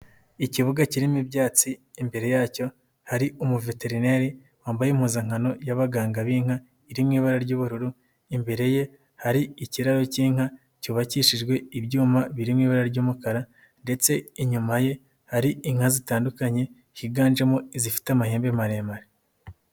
Ikibuga kirimo ibyatsi imbere yacyo hari umuveterineri wambaye impuzankano y'abaganga b'inka iri mu ibara ry'ubururu, imbere ye hari ikirayo k'inka cyubakishijwe ibyuma biri mu ibara ry'umukara ndetse inyuma ye hari inka zitandukanye higanjemo izifite amahembe maremare.